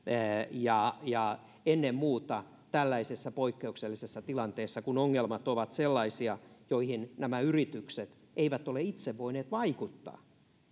ja ja ennen muuta tällaisessa poikkeuksellisessa tilanteessa kun ongelmat ovat sellaisia joihin nämä yritykset eivät ole itse voineet vaikuttaa ne